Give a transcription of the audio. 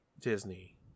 Disney